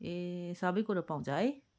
ए सबै कुरो पाउँछ है